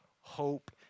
Hope